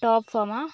ടോപ്ഫോമാ